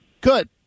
Good